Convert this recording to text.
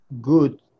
good